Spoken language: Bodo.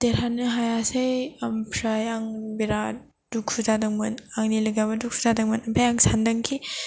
देरहानो हायासै ओमफ्राय आं बेराद दुखु जादोंमोन आंनि लोगोआबो दुखु जादोंमोन ओमफ्राय आं सानदोंखि